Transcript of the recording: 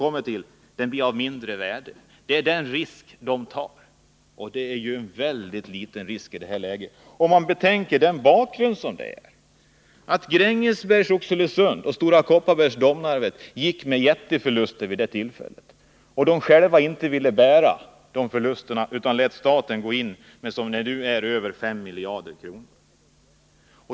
Det är den risk de privata intressenterna tar, och det är en ytterst liten risk i det här läget, om man betänker hurudan bakgrunden var. Gränges AB, Oxelösunds AB, Stora Kopparbergs Bergslags AB och Domnarvets Jernverk gick vid tiden för uppgörelsen med jätteförluster och de ville själva inte bära de förlusterna utan lät staten gå in med, som det nu är, fem miljarder kronor.